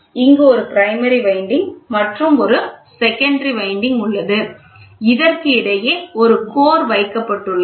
இங்கு ஒரு primary winding மற்றும் ஒரு செகண்டரி வைண்டிங் உள்ளது இதற்கு இடையே ஒரு கோர் வைக்கப்பட்டுள்ளது